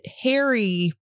Harry